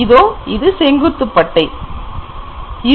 இதோ செங்குத்து ப்பட்டை இங்கே